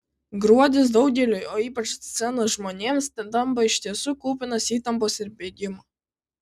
gruodis daugeliui o ypač scenos žmonėms tampa iš tiesų kupinas įtampos ir bėgimo